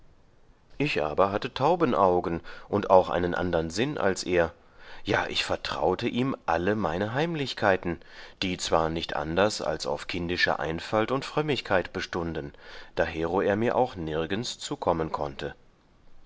ich aber hatte taubenaugen und auch einen andern sinn als er ja ich vertraute ihm alle meine heimlichkeiten die zwar nicht anders als auf kindischer einfalt und frömmigkeit bestunden dahero er mir auch nirgends zukommen konnte